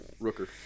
Rooker